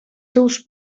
seus